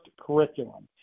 curriculum